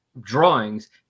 drawings